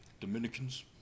Dominicans